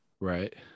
right